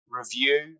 review